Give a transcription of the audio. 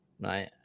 Right